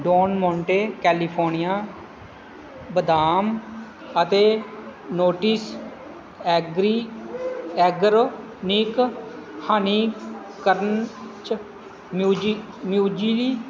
Don Monte California ਬਦਾਮ ਅਤੇ ਨੋਟੀਸ ਐਗਰੀ ਐਗਰੋ ਨਿਕ ਹਨੀ ਕੰਚ ਮਿਊਜੀ ਮਿਊਜੀਰੀ